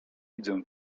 widzę